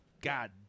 God